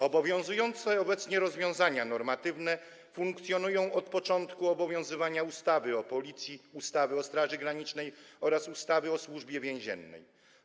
Obowiązujące obecnie rozwiązania normatywne funkcjonują od początku obowiązywania ustawy o Policji, ustawy o Straży Granicznej oraz ustawy o Służbie Więziennej.